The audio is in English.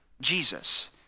Jesus